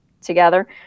together